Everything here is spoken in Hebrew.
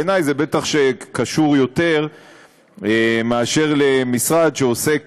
בעיני זה בטח קשור יותר מאשר למשרד שעוסקת